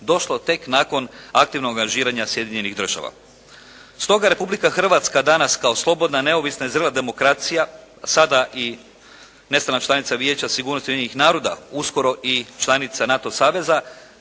došlo tek nakon aktivnog angažiranja Sjedinjenih Država. Stoga Republika Hrvatska danas kao slobodna, neovisna i zrela demokracija sada i nestalna članica Vijeća sigurnosti Ujedinjenih naroda, uskoro i članica NATO saveza